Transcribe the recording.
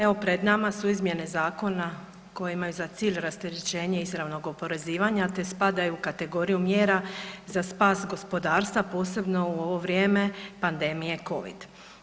Evo pred nama su izmjene zakona koje imaju za cilj rasterećenje izravnog oporezivanja, te spadaju u kategoriju mjera za spas gospodarstvo, a posebno u ovo vrijeme pandemije covid.